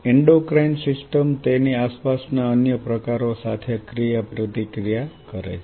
endocrine system તેની આસપાસના અન્ય પ્રકારો સાથે ક્રિયાપ્રતિક્રિયા કરે છે